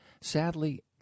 Sadly